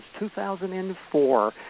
2004